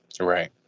right